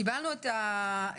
קיבלנו את הצו,